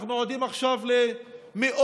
ואנחנו עדים עכשיו למאות